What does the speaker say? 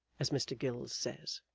as mr gills says,